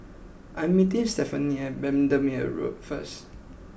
I am meeting Stefanie at Bendemeer Road first